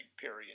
period